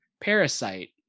parasite